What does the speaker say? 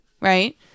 Right